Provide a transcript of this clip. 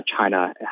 China